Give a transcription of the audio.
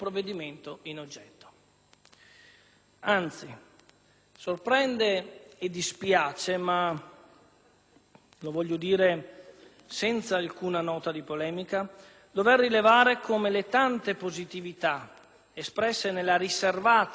Ma sorprende e dispiace, lo dico senza alcuna nota polemica, dover rilevare come le tante positività espresse nella riservata Aula delle Commissioni